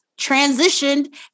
transitioned